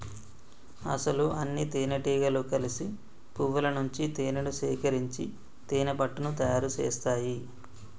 అసలు అన్నితేనెటీగలు కలిసి పువ్వుల నుంచి తేనేను సేకరించి తేనెపట్టుని తయారు సేస్తాయి